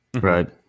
Right